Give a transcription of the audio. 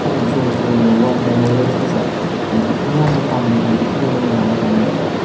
ꯈꯣꯡꯖꯣꯝ war memorials ꯑꯁꯦ ꯍꯥꯏꯗꯤ ꯃꯌꯥꯝꯅ ꯄꯥꯝꯅꯩ ꯍꯥꯏꯗꯤ ꯈꯨꯗꯝ ꯑꯣꯏꯅ ꯍꯥꯏꯔ ꯀꯥꯟꯗ